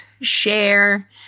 share